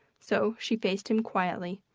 so she faced him quietly.